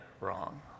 wrong